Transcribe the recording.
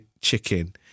chicken